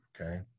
Okay